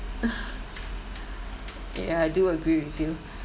ya I do agree with you